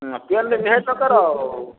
ନିହାତି ଦରକାର